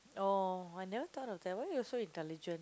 oh I never thought of that why you so intelligent